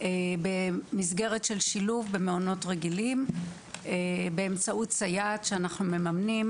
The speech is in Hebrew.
במסגרת של שילוב במעונות רגילים באמצעות סייעת שאנחנו מממנים.